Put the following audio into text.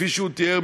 כפי שהוא תיאר,